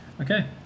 Okay